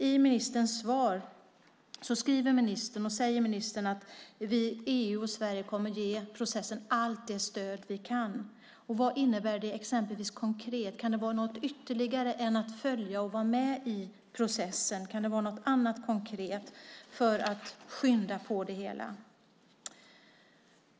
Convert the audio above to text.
I svaret skriver och säger ministern att EU och Sverige kommer att ge processen allt det stöd man kan. Vad innebär det konkret? Kan det vara något ytterligare än att följa och vara med i processen? Kan det vara något annat konkret för att skynda på det hela?